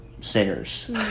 sinners